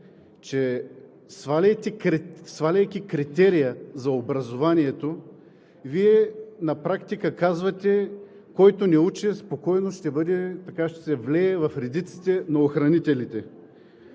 че сваляйки критерия за образованието, Вие на практика казвате: който не учи, спокойно ще се влее в редиците на охранителите.